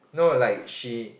no like she